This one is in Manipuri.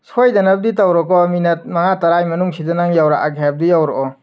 ꯁꯣꯏꯗꯅꯕꯗꯤ ꯇꯧꯔꯣꯀꯣ ꯃꯤꯅꯠ ꯃꯉꯥ ꯇꯔꯥꯒꯤ ꯃꯅꯨꯡꯁꯤꯗ ꯅꯪ ꯌꯧꯔꯛꯑꯒꯦ ꯍꯥꯏꯕꯗꯣ ꯌꯧꯔꯛꯑꯣ